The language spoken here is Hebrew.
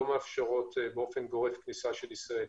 לא מאפשרות באופן גורף כניסה של ישראלים.